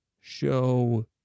Show